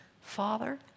Father